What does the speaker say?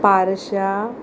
पार्शा